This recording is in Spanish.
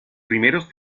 primeros